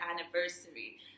anniversary